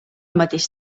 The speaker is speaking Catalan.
mateix